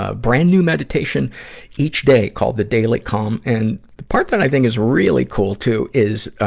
ah brand new mediation each day called the daily calm. and, the part that i think is really cool, too, is, ah,